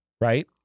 Right